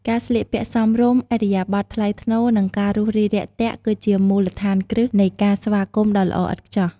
ការស្លៀកពាក់សមរម្យ ឥរិយាបទថ្លៃថ្នូរ និងការរួសរាយរាក់ទាក់ គឺជាមូលដ្ឋានគ្រឹះនៃការស្វាគមន៍ដ៏ល្អឥតខ្ចោះ។